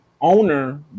owner